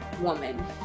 woman